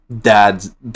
dad's